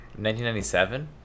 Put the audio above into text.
1997